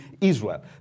Israel